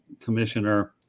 Commissioner